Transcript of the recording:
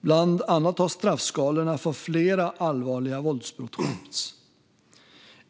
Bland annat har straffskalorna för flera allvarliga våldsbrott skärpts.